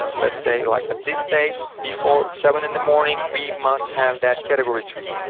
ah let's say, like at this state, before seven in the morning, we must have that category tree.